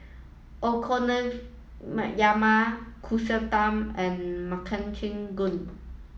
Okonomiyaki Kushikatsu and Makchang Gui